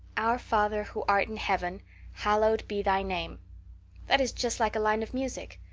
our father who art in heaven hallowed be thy name that is just like a line of music.